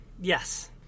Yes